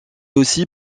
aussi